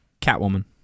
Catwoman